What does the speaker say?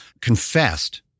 confessed